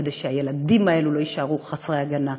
כדי שהילדים האלה לא יישארו חסרי הגנה.